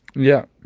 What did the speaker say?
yeah